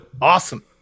awesome